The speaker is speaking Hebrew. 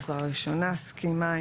סקי מים